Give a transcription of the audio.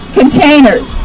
containers